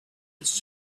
it’s